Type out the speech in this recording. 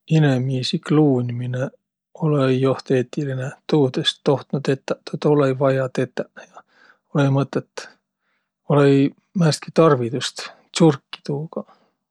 Inemiisi kluunminõ olõ-õi joht eetiline, tuud es tohtnuq tetäq. Tuud olõ-õi vaia tetäq egaq olõ-õi mõtõt. Olõ-õi määnestki tarvidust tsurkiq tuugaq.